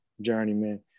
journeyman